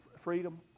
Freedom